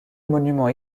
monument